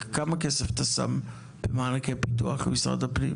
כשראש רשות מקבל את תקציבי הפיתוח של משרד הפנים